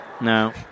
No